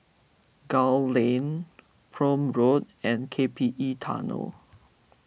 Gul Lane Prome Road and K P E Tunnel